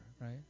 right